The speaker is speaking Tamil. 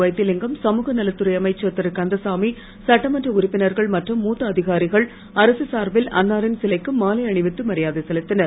வைத்திலிங்கம் சமுக நலத்துறை அமைச்சர் திருகந்தசாமி சட்டமன்ற உறுப்பினர்கள் மற்றும் மூத்த அதிகாரிகள் அரசு சார்பில் அன்னாரின் சிலைக்கு மாலை அணிவித்து மரியாதை செலுத்தினர்